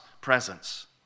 presence